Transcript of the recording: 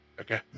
Okay